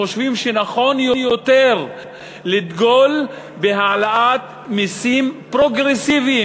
חושבים שנכון יותר לדגול בהעלאת מסים פרוגרסיביים,